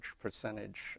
percentage